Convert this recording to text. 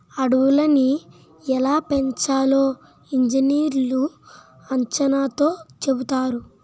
అడవులని ఎలా పెంచాలో ఇంజనీర్లు అంచనాతో చెబుతారు